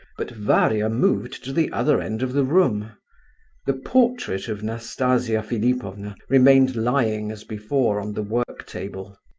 but varia moved to the other end of the room the portrait of nastasia philipovna remained lying as before on the work-table.